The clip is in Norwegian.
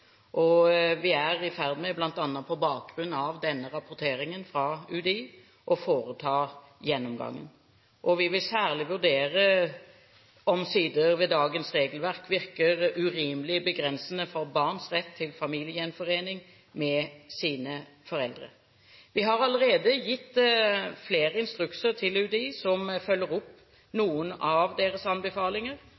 Vi er, bl.a. på bakgrunn av denne rapporteringen fra UDI, i ferd med å foreta gjennomgangen. Vi vil særlig vurdere om sider ved dagens regelverk virker urimelig begrensende for barns rett til familiegjenforening med sine foreldre. Vi har allerede gitt flere instrukser til UDI som følger opp